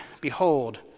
Behold